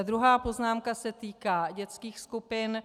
Druhá poznámka se týká dětských skupin.